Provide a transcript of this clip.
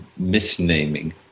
misnaming